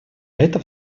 это